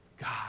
God